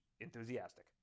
enthusiastic